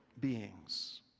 beings